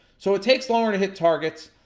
so it takes longer to hit targets,